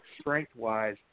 strength-wise